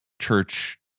church